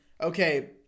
okay